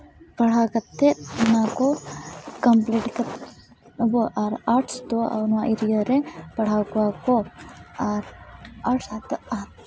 ᱯᱟᱲᱦᱟᱣ ᱠᱟᱛᱮᱫ ᱚᱱᱟ ᱠᱚ ᱠᱚᱢᱯᱞᱤᱴ ᱠᱟᱛᱮᱫ ᱟᱵᱣᱟᱜ ᱟᱨ ᱟᱨᱴᱥ ᱫᱚ ᱱᱚᱣᱟ ᱮᱨᱤᱭᱟ ᱨᱮ ᱯᱟᱲᱦᱟᱣ ᱠᱚᱣᱟ ᱠᱚ ᱟᱨ ᱟᱨᱴᱥ